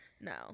no